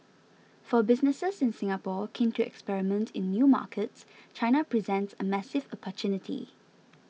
for businesses in Singapore keen to experiment in new markets China presents a massive opportunity